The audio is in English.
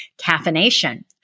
caffeination